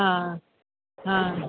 हा हा